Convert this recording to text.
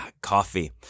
coffee